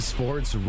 Sports